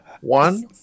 one